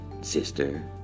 sister